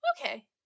Okay